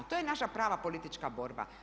To je naša prava politička borba.